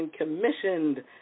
commissioned